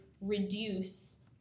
reduce